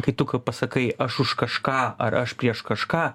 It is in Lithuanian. kai tu ką pasakai aš už kažką ar aš prieš kažką